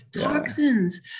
toxins